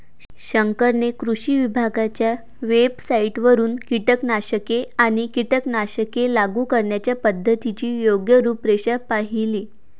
शंकरने कृषी विभागाच्या वेबसाइटवरून कीटकनाशके आणि कीटकनाशके लागू करण्याच्या पद्धतीची योग्य रूपरेषा पाहिली